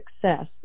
success